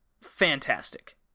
fantastic